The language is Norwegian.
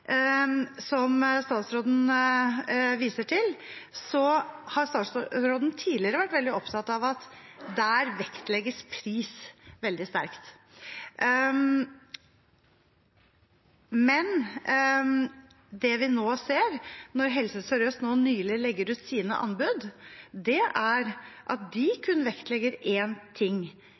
som statsråden viser til, har statsråden tidligere vært veldig opptatt av at der vektlegges pris veldig sterkt. Men det vi nå ser, etter at Helse Sør-Øst nylig la ut sine anbud, er at de kun vektlegger én ting